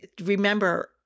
remember